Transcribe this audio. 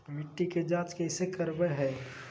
मिट्टी के जांच कैसे करावय है?